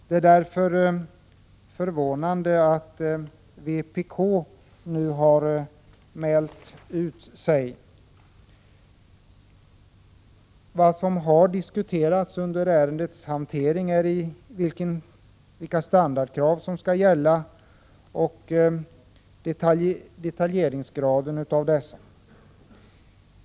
Det är därför förvånande att vpk nu har mält ut sig. Vad som har diskuterats under ärendets beredning är vilka standardkrav som skall gälla och graden av detaljerade regler.